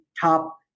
top